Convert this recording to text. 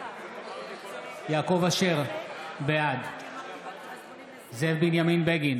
בעד יעקב אשר, בעד זאב בנימין בגין,